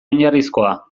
oinarrizkoa